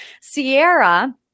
Sierra